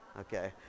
Okay